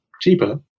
cheaper